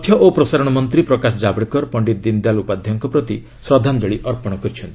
ତଥ୍ୟ ଓ ପ୍ରସାରଣ ମନ୍ତ୍ରୀ ପ୍ରକାଶ ଜାବ୍ଡେକର୍ ପଶ୍ିତ ଦୀନଦୟାଲ୍ଙ୍କ ପ୍ରତି ଶ୍ରଦ୍ଧାଞ୍ଚଳି ଅର୍ପଣ କରିଚ୍ଛନ୍ତି